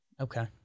Okay